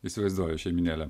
įsivaizduoju šeimynėlė